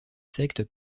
secte